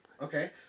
Okay